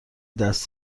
دست